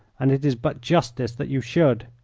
and it is but justice that you should,